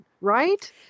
right